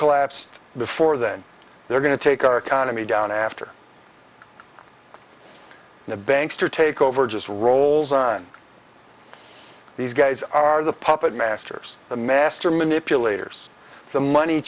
collapsed before then they're going to take our economy down after the banks to take over just rolls on these guys are the puppet masters the master manipulators the money